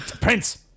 Prince